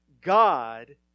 God